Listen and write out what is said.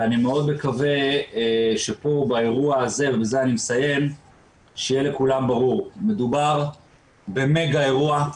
ואני מאוד מקווה שבאירוע הזה יהיה לכולם ברור מדובר במגה אירוע,